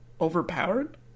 overpowered